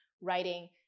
writing